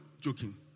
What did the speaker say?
joking